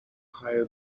higher